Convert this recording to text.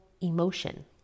emotion